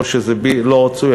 או שזה לא רצוי,